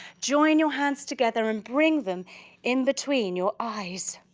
join your hands together and bring them in-between your eyes.